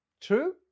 True